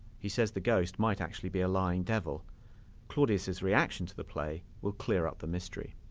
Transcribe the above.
he says the ghost might actually be a lying devil claudius's reaction to the play will clear up the mystery